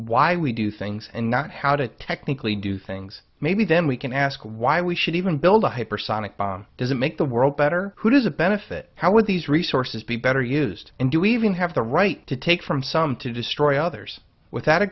why we do things and not how to technically do things maybe then we can ask why we should even build a hypersonic bomb does it make the world better who does it benefit how would these resources be better used and do we even have the right to take from some to destroy others without a